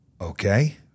okay